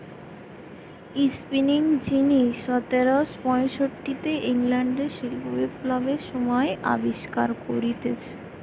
spinning যিনি সতেরশ পয়ষট্টিতে ইংল্যান্ডে শিল্প বিপ্লবের সময় আবিষ্কার কোরেছে